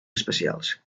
especials